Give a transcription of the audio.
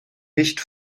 nicht